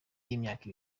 y’imyaka